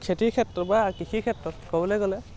খেতিৰ ক্ষেত্ৰ বা কৃষি ক্ষেত্ৰত ক'বলৈ গ'লে